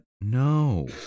No